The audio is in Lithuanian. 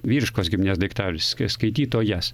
vyriškos giminės daiktavardis skaitytojas